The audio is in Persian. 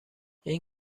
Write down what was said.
این